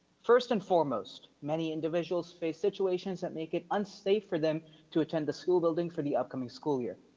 first and foremost, many individuals face situations that make it unsafe for them to attend the school building for the upcoming school year.